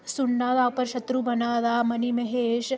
सुन्ने दा उप्पर छत्तर बनाए दा मनी महेश